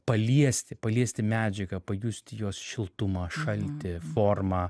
paliesti paliesti medžiagą pajusti jos šiltumą šaltį formą